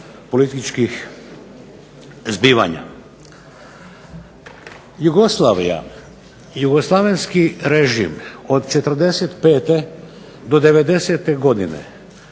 političkih zbivanja. Jugoslavija, jugoslavenski režim od '45. do '90. godine